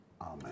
Amen